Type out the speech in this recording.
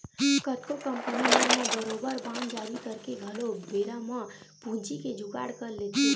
कतको कंपनी मन ह बरोबर बांड जारी करके घलो बेरा म पूंजी के जुगाड़ कर लेथे